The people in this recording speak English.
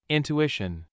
Intuition